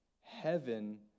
Heaven